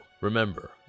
Remember